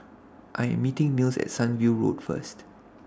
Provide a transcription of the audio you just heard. I Am meeting Mills At Sunview Road First